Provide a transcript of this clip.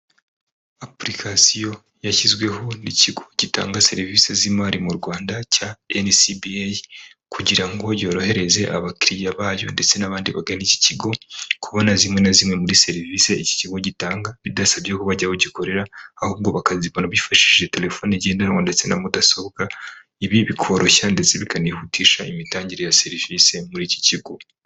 Apulikasiyo yashyizweho n'ikigo gitanga serivisi z'imari mu Rwanda cya NCBA, kugira ngo yorohereze abakiriya bayo ndetse n'abandi bagana iki kigo kubona zimwe na zimwe muri serivisi iki kigo gitanga bidasabye ko bajya aho gikorera, ahubwo bakazikora bifashishije telefone igendanwa ndetse na mudasobwa, ibi bikoroshya ndetse bikanihutisha imitangire ya serivisi muri iki kigo.